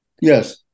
Yes